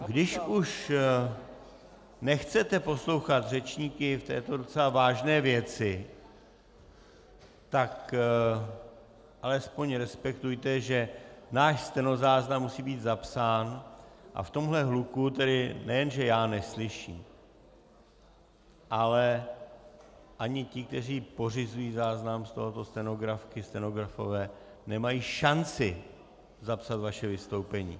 Když už nechcete poslouchat řečníky v této docela vážné věci, tak alespoň respektujte, že náš stenozáznam musí být zapsán, a v tomhle hluku nejenže já neslyším, ale ani ti, kteří pořizují záznam z tohoto, stenografky, stenografové nemají šanci zapsat vaše vystoupení.